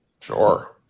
Sure